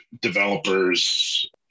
developers